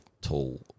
tool